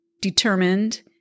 determined